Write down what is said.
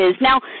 Now